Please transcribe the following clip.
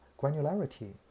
granularity